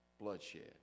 Bloodshed